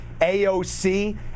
AOC